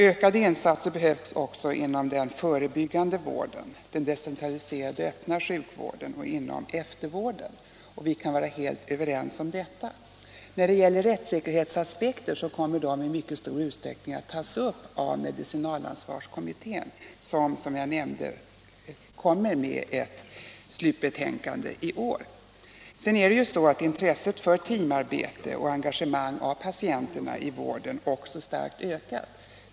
Ökade insatser behövs också inom den förebyggande vården, den decentraliserade öppna sjukvården och eftervården. Vi kan vara helt överens om detta. Rättssäkerhetsaspekter kommer i mycket stor utsträckning att tas upp av medicinalansvarskommittén, vilken, som jag nämnde, kommer med ett slutbetänkande i år. Vidare har intresset för teamarbete och engagemang av patienterna i vården starkt ökat.